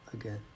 again